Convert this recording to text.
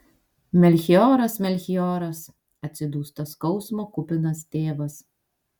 melchioras melchioras atsidūsta skausmo kupinas tėvas